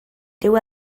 dyw